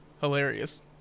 hilarious